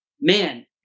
man